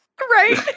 Right